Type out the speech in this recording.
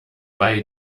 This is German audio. bei